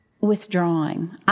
withdrawing